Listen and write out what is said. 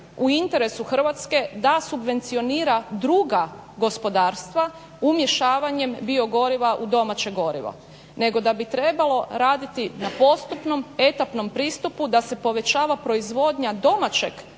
u interesu Hrvatske da subvencionira druga gospodarstva umješavanjem biogoriva u domaće gorivo nego da bi trebalo raditi na postupnom, etapnom pristupu da se povećava proizvodnja domaćeg